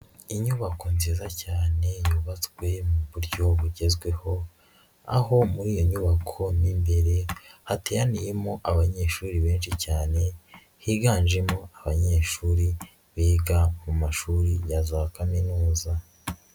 Inyubako nziza cyane yubatswe mu buryo bugezweho, aho muri iyi nyubako mo imbere hateraniyemo abanyeshuri benshi cyane, higanjemo abanyeshuri biga mu mashuri ya za kaminuza.